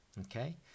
Okay